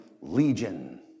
Legion